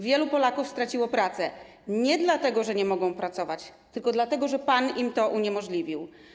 Wielu Polaków straciło pracę nie dlatego, że nie mogą pracować, tylko dlatego, że pan im to uniemożliwił.